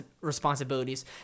responsibilities